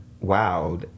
wow